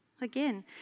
Again